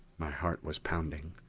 my heart was pounding.